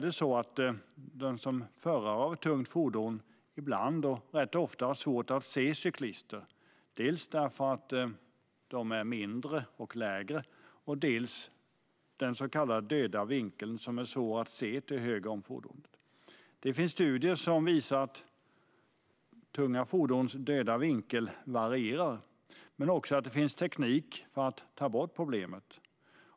Ofta har förare av tunga fordon svårt att se cyklister, dels för att de är mindre och lägre, dels på grund av döda vinkeln. Det finns studier som visar att tunga fordons döda vinkel varierar men också att det finns teknik för att ta bort problemet.